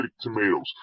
tomatoes